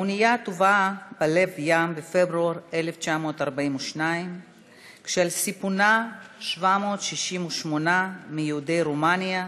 6564. האנייה טובעה בלב ים בפברואר 1942 כשעל סיפונה 768 מיהודי רומניה,